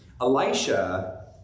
Elisha